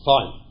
Fine